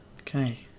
Okay